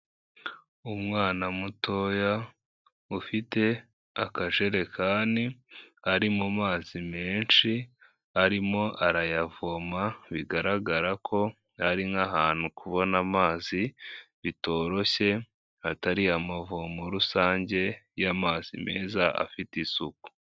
Umwana mutoya ufite akajerekani, ari mu mazi menshi, arimo arayavoma, bigaragara ko ari nk'ahantu kubona amazi bitoroshye, hatari amavomo rusange y'amazi meza, afite isuku.